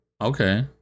Okay